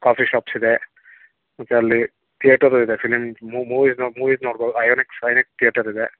coffee shops ಇದೆ ಮತ್ತೆ ಅಲ್ಲಿ ಥಿಯೇಟರು ಇದೆ ಫಿಲಂ ಮೂವಿ ನೋಡ್ಬೋದು ಮೂವಿಸ್ ನೋಡ್ಬೋದು ಐಯೋನೆಕ್ಸ್ ಐಯೋನೆಕ್ಸ್ ಥಿಯೇಟರ್ ಇದೆ